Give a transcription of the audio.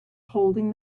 holding